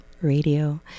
Radio